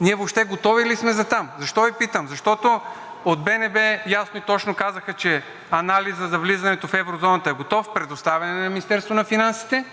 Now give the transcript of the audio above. ние въобще готови ли сме за там? Защо Ви питам? Защото от БНБ ясно и точно казаха, че анализът за влизането в еврозоната е готов, предоставен е на Министерството на финансите,